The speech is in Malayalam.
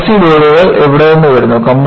കംപ്രസ്സീവ് ലോഡുകൾ എവിടെ നിന്ന് വരുന്നു